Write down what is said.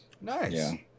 Nice